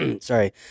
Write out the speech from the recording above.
sorry